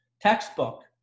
textbook